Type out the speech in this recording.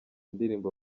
indirimbo